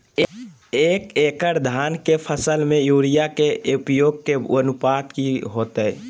एक एकड़ धान के फसल में यूरिया के उपयोग के अनुपात की होतय?